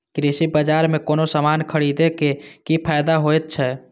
कृषि बाजार में कोनो सामान खरीदे के कि फायदा होयत छै?